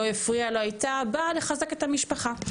לא הפריעה, באה לחזק את המשפחה.